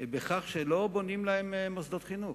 בכך שלא בונים להם מוסדות חינוך.